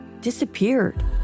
disappeared